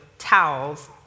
Towels